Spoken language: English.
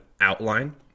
outline